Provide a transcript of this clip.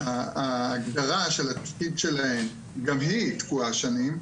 ההגדרה של התפקיד שלהם גם היא תקועה שנים,